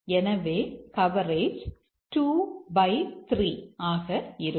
எனவே கவரேஜ் 23 ஆக இருக்கும்